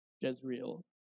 Jezreel